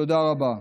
תודה רבה.